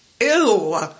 Ew